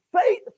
Faith